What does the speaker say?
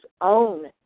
own